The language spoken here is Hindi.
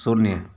शून्य